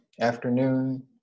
afternoon